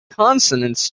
consonants